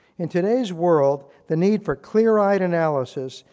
in today's world, the need for clear-eyed analysis,